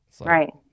Right